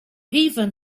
even